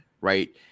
right